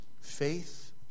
faith